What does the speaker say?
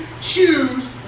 choose